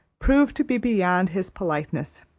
proved to be beyond his politeness.